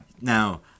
Now